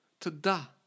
tada